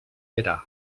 pere